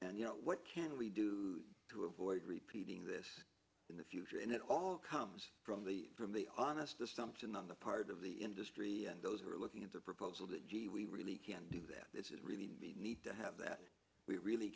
and you know what can we do to avoid repeating this in the future and it all comes from the from the honest assumption on the part of the industry and those who are looking at the proposal that gee we really can't do that this is really need to have that we really